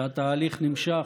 שהתהליך נמשך,